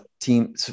team